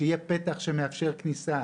שיהיה פתח שמאפשר כניסה.